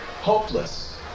hopeless